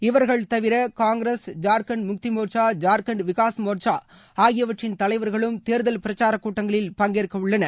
இவர்கள் தவிர காங்கிரஸ் ஜார்க்கண்ட் முக்திமோர்ச்சா ஜார்க்கண்ட் விகாஸ் மோர்ச்சா ஆகியவற்றின் தலைவர்களும் தேர்தல் பிரச்சார கூட்டங்களில் பங்கேற்வுள்ளனர்